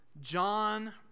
John